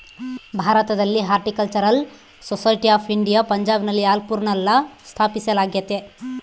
ಭಾರತದಲ್ಲಿ horticultural society of India ಪಂಜಾಬ್ನ ಲಿಯಾಲ್ಪುರ್ನಲ್ಲ ಸ್ಥಾಪಿಸಲಾಗ್ಯತೆ